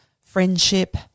friendship